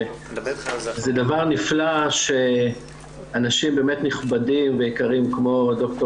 זה דבר נפלא שאנשים באמת נכבדים ויקרים כמו ד"ר